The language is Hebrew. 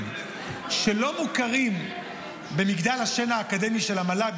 שלא מוכרים במגדל השן האקדמי של המל"ג,